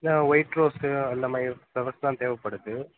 ஆ white rose அந்த மாதிரி flowers தான் தேவைப்படுது